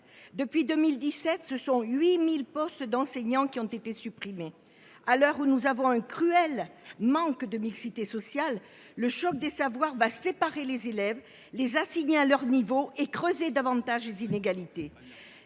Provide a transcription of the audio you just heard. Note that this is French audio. depuis 2017, 8 000 postes d’enseignants ont été supprimés. À l’heure où nous souffrons d’un cruel manque de mixité sociale, le choc des savoirs va séparer les élèves, les assigner à leur niveau et creuser davantage les inégalités.